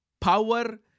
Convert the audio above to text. power